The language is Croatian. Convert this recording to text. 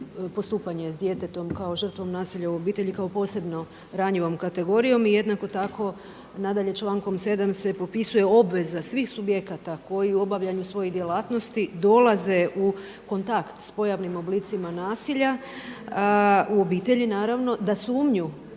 postupanje s djetetom kao žrtvom nasilja u obitelji kao posebno ranjivom kategorijom. I jednako tako nadalje člankom 7. se propisuje obveza svih subjekata koji u obavljanju svojih djelatnosti dolaze u kontakt s pojavnim oblicima nasilja u obitelji naravno, da sumnju